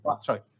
Sorry